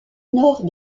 nord